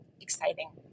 exciting